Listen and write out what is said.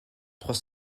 trois